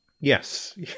Yes